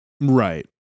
Right